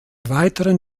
weiteren